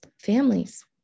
families